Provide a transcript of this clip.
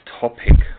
topic